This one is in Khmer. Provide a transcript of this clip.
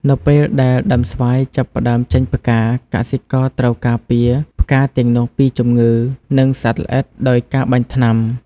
នៅពេលដែលដើមស្វាយចាប់ផ្ដើមចេញផ្កា កសិករត្រូវការពារផ្កាទាំងនោះពីជំងឺ និងសត្វល្អិតដោយការបាញ់ថ្នាំ។